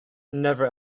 never